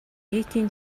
нийтийн